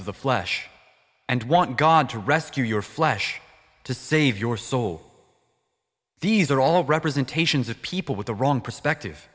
the flesh and want god to rescue your flesh to save your soul these are all representations of people with the wrong perspective